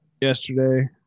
Yesterday